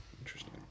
Interesting